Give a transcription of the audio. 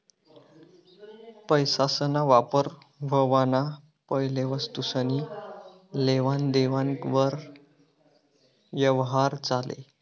पैसासना वापर व्हवाना पैले वस्तुसनी लेवान देवान वर यवहार चाले